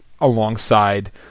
alongside